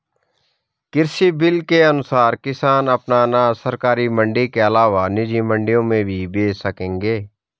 कृषि बिल के अनुसार किसान अपना अनाज सरकारी मंडी के अलावा निजी मंडियों में भी बेच सकेंगे